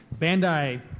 Bandai